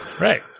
Right